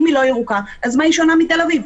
אם היא לא ירוקה, אז מה היא שונה מתל אביב?